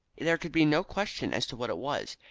there could be no question as to what it was.